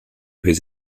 his